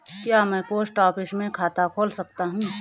क्या मैं post office में खाता खोल सकता हूँ?